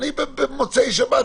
אני במוצאי שבת,